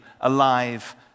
alive